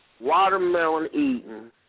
watermelon-eating